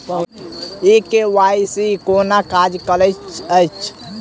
ई KYC केना काज करैत अछि?